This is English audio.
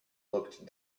looked